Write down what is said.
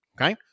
okay